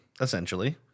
essentially